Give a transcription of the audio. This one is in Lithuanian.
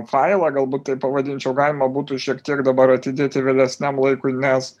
failą galbūt tai pavadinčiau galima būtų šiek tiek dabar atidėti vėlesniam laikui nes